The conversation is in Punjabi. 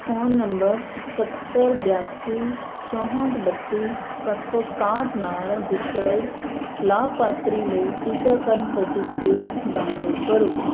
ਫ਼ੋਨ ਨੰਬਰ ਸੱਤਰ ਬਿਆਸੀ ਚੌਂਹਟ ਬੱਤੀ ਸੱਤ ਸੌ ਸਤਾਹਟ ਨਾਲ ਰਜਿਸਟਰਡ ਲਾਭਪਾਤਰੀ ਲਈ ਟੀਕਾਕਰਨ ਸਰਟੀਫਿਕੇਟ ਡਾਊਨਲੋਡ ਕਰੋ